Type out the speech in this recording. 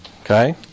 okay